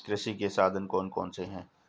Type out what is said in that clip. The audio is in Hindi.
कृषि के साधन कौन कौन से हैं?